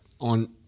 on